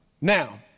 now